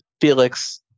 Felix